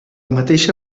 mateixa